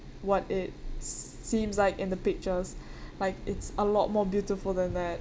what it seems like in the pictures like it's a lot more beautiful than that